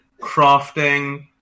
crafting